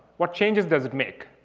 what changes does it make?